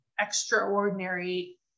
extraordinary